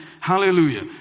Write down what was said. Hallelujah